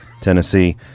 Tennessee